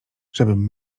żebym